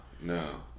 no